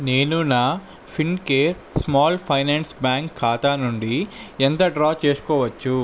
నేను నా Fincare Small Finance Bank ఖాతా నుండి ఎంత డ్రా చేసుకోవచ్చు